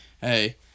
hey